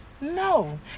No